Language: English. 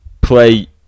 play